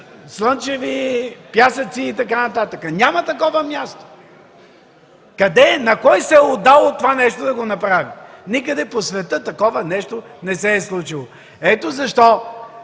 слънце, пясъци и така нататък. Няма такова място! На кой се е отдало да направи това нещо? Никъде по света такова нещо не се е случило. Ето защо